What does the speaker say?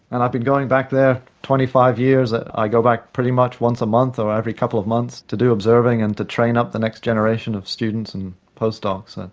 and i've been going back there for twenty five years, i go back pretty much once a month or every couple of months to do observing and to train up the next generation of students and post-docs. and